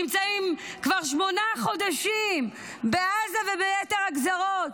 נמצאים כבר שמונה חודשים בעזה וביתר הגזרות.